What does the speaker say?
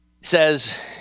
says